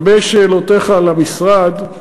לגבי שאלותיך למשרד,